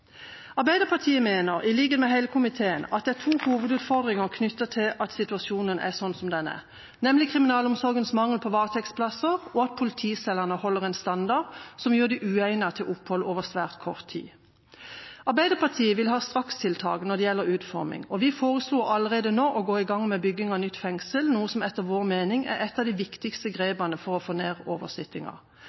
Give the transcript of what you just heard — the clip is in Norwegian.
Arbeiderpartiet mener, i likhet med hele komiteen, at det er to hovedutfordringer knyttet til at situasjonen er slik den er, nemlig kriminalomsorgens mangel på varetektsplasser og at politicellene holder en standard som gjør dem uegnet til opphold utover svært kort tid. Arbeiderpartiet vil ha strakstiltak når det gjelder utforming, og vi foreslo allerede nå å gå i gang med bygging av nytt fengsel, noe som etter vår mening er et av de viktigste grepene for å få ned